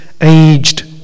aged